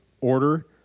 order